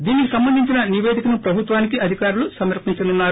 దీనికి సంబంధించిన నిపేదికను ప్రభుత్వానికి అధికారులు సమర్పించనున్నారు